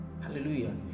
hallelujah